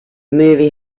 movie